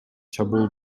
чабуул